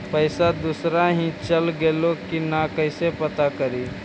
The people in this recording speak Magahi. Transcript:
पैसा दुसरा ही चल गेलै की न कैसे पता करि?